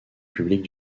public